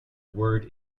word